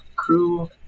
crew